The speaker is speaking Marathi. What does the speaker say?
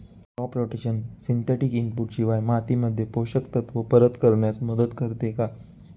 क्रॉप रोटेशन सिंथेटिक इनपुट शिवाय मातीमध्ये पोषक तत्त्व परत करण्यास मदत करते का?